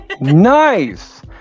nice